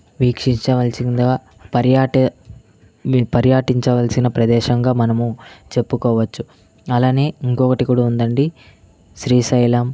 వీక్షించవలసిందిగా పర్యాట పర్యాటించవలసిన ప్రదేశంగా మనము చెప్పుకోవచ్చు అలానే ఇంకొకటి కూడా ఉందండి శ్రీశైలం